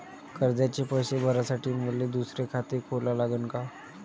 कर्जाचे पैसे भरासाठी मले दुसरे खाते खोला लागन का?